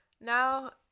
Now